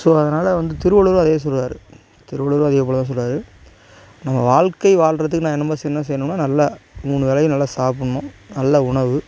so அதனால் வந்து திருவள்ளுவரும் அதே சொல்லுவார் திருவள்ளுவரும் அதேப்போல் தான் சொல்லுவாரு நம்ம வாழ்க்கை வாழ்கிறதுக்கு நான் இன்னுமே என்ன செய்யணுன்னா நல்லா மூணு வேளையும் நல்லா சாப்பிட்ணும் நல்ல உணவு